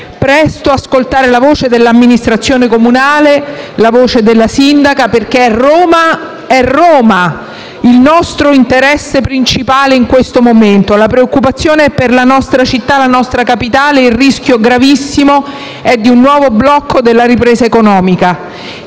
presto la voce dell'amministrazione comunale, la voce della sindaca, perché è Roma il nostro interesse principale, in questo momento. La preoccupazione è per la nostra città, la nostra capitale e il rischio gravissimo è quello di un nuovo blocco della ripresa economica,